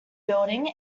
building